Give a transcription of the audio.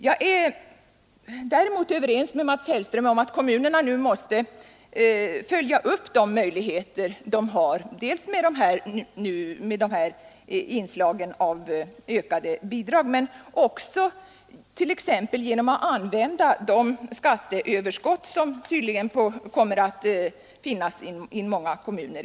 Däremot är jag överens med herr Hellström om att kommunerna måste följa upp de möjligheter de har dels med ökade bidrag, dels också genom att t.ex. använda det skatteöverskott som tydligen kommer att finnas i många kommuner.